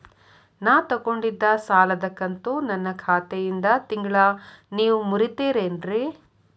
ನಾ ತೊಗೊಂಡಿದ್ದ ಸಾಲದ ಕಂತು ನನ್ನ ಖಾತೆಯಿಂದ ತಿಂಗಳಾ ನೇವ್ ಮುರೇತೇರೇನ್ರೇ?